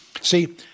See